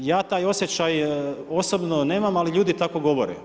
Ja taj osjećaj osobno nemam ali ljudi tako govore.